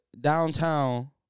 downtown